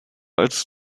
als